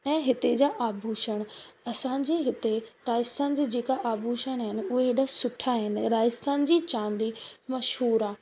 ऐं हिते जा आभूषण असांजे हिते राजस्थान जे जेका आभूषण आहिनि उहे ऐॾा सुठा आहिनि राजस्थान जी चांदी मशहूरु आहे